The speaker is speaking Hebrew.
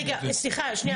רגע, סליחה, שנייה.